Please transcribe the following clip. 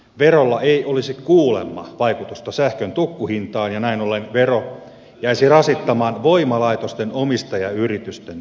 verolla ei olisi kuulemma vaikutusta sähkön tukkuhintaan ja näin ollen vero jäisi rasittamaan voimalaitosten omistajayritysten tulosta